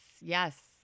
yes